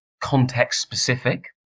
Context-specific